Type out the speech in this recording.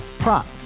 Prop